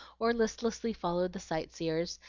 or listlessly followed the sight-seers,